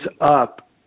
up